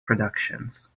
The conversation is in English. productions